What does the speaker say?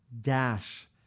dash